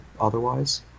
otherwise